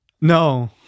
No